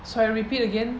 so I repeat again